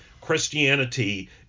Christianity